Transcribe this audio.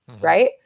right